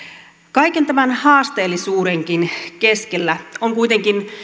kaiken tämän haasteellisuudenkin keskellä on kuitenkin